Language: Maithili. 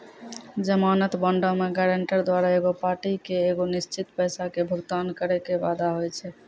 जमानत बांडो मे गायरंटर द्वारा एगो पार्टी के एगो निश्चित पैसा के भुगतान करै के वादा होय छै